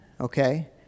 okay